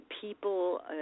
people